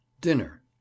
Dinner